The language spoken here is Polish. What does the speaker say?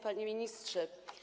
Panie Ministrze!